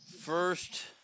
first